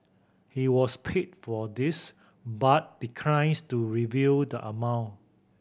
he was paid for this but declines to reveal the amount